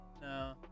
No